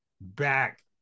back